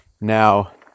Now